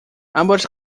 ambos